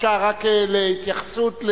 רק להתייחסות,